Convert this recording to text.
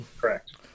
Correct